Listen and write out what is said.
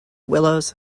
willows